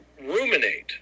ruminate